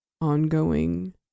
ongoing